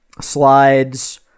slides